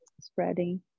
spreading